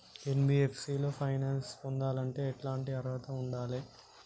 NBFC లో finance పొందాలంటే ఎట్లాంటి అర్హత ఉండాలే?